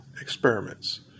experiments